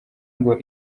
ngo